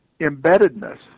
embeddedness